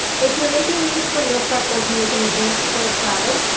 if you're making these for meal prep or to make an advance for a crowd,